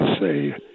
say